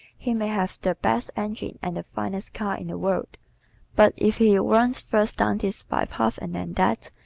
he may have the best engine and the finest car in the world but if he runs first down this by-path, and then that,